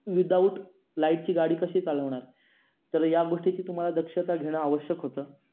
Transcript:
without लाईटची गाडी कशी चालवणार तर या गोष्टीची तुम्हाला दक्षता घेणं आवश्यक होतं